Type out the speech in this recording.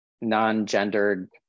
non-gendered